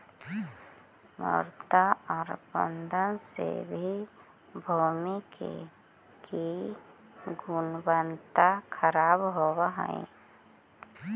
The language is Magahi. मृदा अपरदन से भी भूमि की गुणवत्ता खराब होव हई